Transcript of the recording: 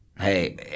hey